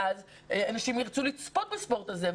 ואז אנשים ירצו לצפות בספורט הזה,